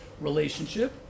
relationship